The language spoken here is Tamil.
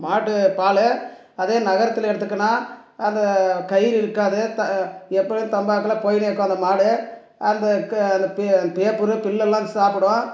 மாட்டு பால் அதே நகரத்தில் எடுத்துக்குனால் அந்த கயிறு இருக்காது த எப்பொழுதும் தம்பாேக்குல போயினே இருக்கும் அந்த மாடு அதுக்கு அந்த பிய அந்த பேப்பரு பில்லெல்லாம் சாப்பிடும்